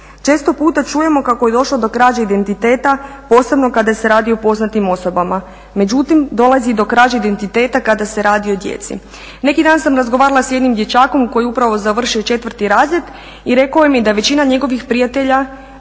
Često puta čujemo kako je došlo do krađe identiteta posebno kada se radi o poznatim osobama. Međutim, dolazi i do krađe identiteta kada se radi o djeci. Neki dan sam razgovarala sa jednim dječakom koji je upravo završio 4 razred i rekao mi je da većina njegovih prijatelja